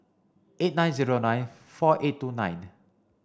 eight nine zero nine four eight two nine